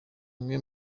umwe